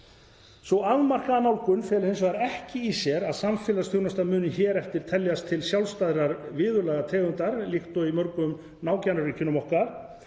Sú afmarkaða nálgun felur hins vegar ekki í sér að samfélagsþjónusta muni hér eftir teljast til sjálfstæðrar viðurlagategundar líkt og í mörgum nágrannaríkjum okkar.